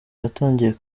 natangiye